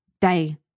day